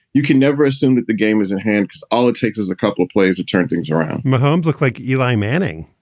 you can never assume that the game is and hand. all it takes is a couple of plays to turn things around mahomes look like eli manning,